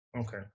Okay